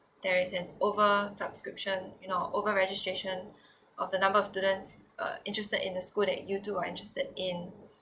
there is an over subscription you know over registration of the number of students uh interested in the school that you too are interested in